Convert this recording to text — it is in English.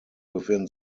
within